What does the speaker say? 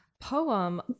poem